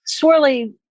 swirly